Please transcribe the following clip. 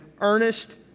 earnest